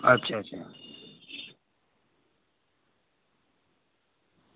अच्छा अच्छा